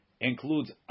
includes